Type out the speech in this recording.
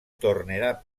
tornerà